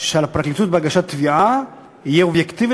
של הפרקליטות בהגשת תביעה יהיה אובייקטיבי